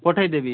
ପଠେଇ ଦେବି